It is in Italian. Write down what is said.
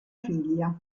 figlia